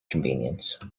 convenience